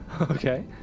Okay